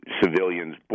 civilians